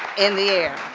in the air.